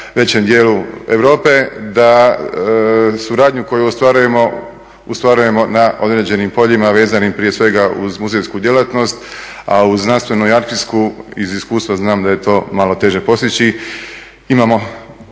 većem dijelu Europe, da suradnju koju ostvarujemo, ostvarujemo na određenim poljima vezanim prije svega uz muzejsku djelatnost, a uz znanstvenu i akcijsku iz iskustva znam da je to malo teže postići.